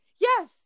Yes